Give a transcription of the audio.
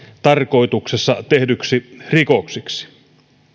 tarkoituksessa tehdyiksi rikoksiksi